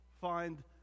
find